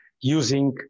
using